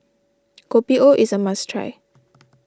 Kopi O is a must try